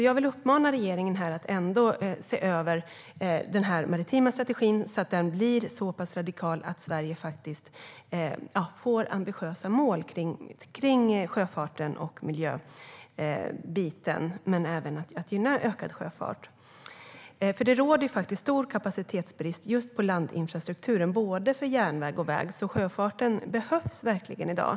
Jag vill uppmana regeringen att se över den maritima strategin så att den blir så radikal att Sverige får ambitiösa mål när det gäller sjöfarten och miljöbiten och ökad sjöfart gynnas. Det råder stor kapacitetsbrist på landinfrastrukturen, på både järnväg och väg, så sjöfarten behövs verkligen i dag.